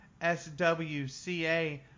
SWCA